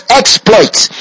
exploits